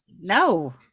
No